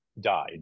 died